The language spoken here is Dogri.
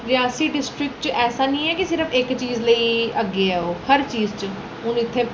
रियासी डिस्ट्रिक बिच ऐसा निं ऐ कि सिर्फ इक चीज गी लेई अग्गें आओ हर चीज च हून इत्थै